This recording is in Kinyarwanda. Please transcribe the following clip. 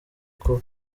kuba